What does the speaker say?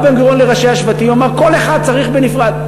בא בן-גוריון לראשי השבטים ואמר: כל אחד צריך בנפרד.